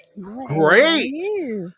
Great